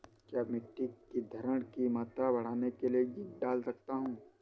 क्या मिट्टी की धरण की मात्रा बढ़ाने के लिए जिंक डाल सकता हूँ?